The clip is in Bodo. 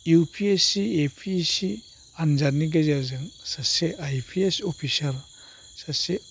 U P S C A P A C आनजादनि गेजेरजों सासे आइ पि एस अफिसार सासे